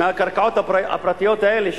מהקרקעות הפרטיות האלה,